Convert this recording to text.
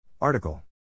Article